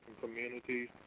communities